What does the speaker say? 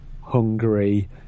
Hungary